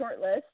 shortlist